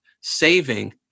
Saving